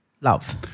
love